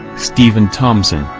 stephen thompson,